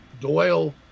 Doyle